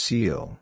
Seal